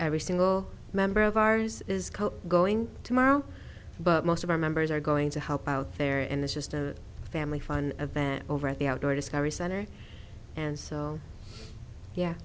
every single member of ours is going tomorrow but most of our members are going to help out there and it's just a family fun adventure over at the outdoor discovery center and so yeah